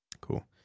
Cool